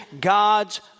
God's